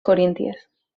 corínties